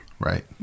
Right